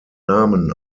namen